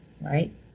right